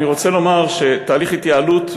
אני רוצה לומר שתהליך התייעלות,